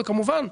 וכמובן,